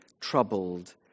troubled